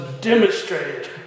demonstrated